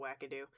wackadoo